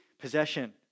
possession